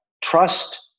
trust